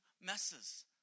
messes